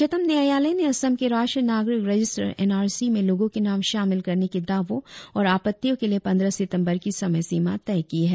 उच्चतम न्यायालय ने असम के राष्ट्रीय नागरिक रजिस्टर एन आर सी में लोगों के नाम शामिल करने के दावों और आपत्तियों के लिए पंद्रह दिसंबर की समय सीमा तय की है